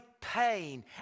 pain